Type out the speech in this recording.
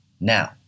Now